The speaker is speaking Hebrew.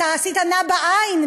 עשית "נה" בעין,